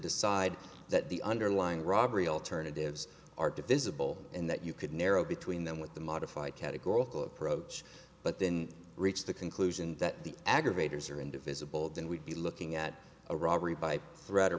decide that the underlying robbery alternatives are divisible and that you could narrow between them with the modified categorical approach but then reach the conclusion that the aggravators are in divisible then we'd be looking at a robbery by threat or